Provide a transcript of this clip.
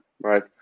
right